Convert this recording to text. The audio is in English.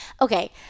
okay